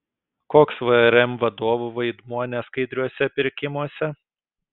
koks vrm vadovų vaidmuo neskaidriuose pirkimuose